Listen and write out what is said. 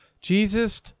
Jesus